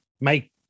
make